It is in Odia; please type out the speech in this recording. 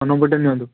ହଁ ନମ୍ବରଟା ନିଅନ୍ତୁ